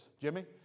Jimmy